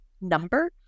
number